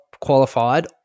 qualified